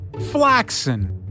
flaxen